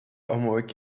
homework